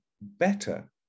better